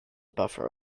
buffer